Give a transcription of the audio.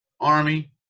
Army